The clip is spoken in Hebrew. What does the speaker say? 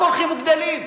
רק הולכים וגדלים.